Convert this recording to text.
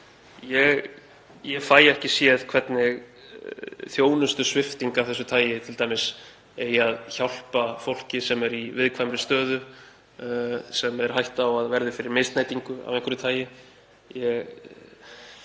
Ég fæ ekki séð hvernig þjónustusvipting af þessu tagi eigi t.d. að hjálpa fólki sem er í viðkvæmri stöðu, sem hætt er við að verði fyrir misbeitingu af einhverju tagi.